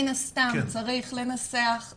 מן הסתם צריך לנסח,